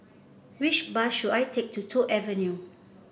which bus should I take to Toh Avenue